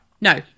No